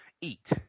eat